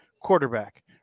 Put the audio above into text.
Quarterback